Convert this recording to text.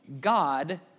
God